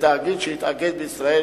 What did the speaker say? לתאגיד שהתאגד בישראל,